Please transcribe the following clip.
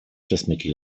przesmyki